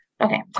Okay